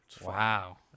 Wow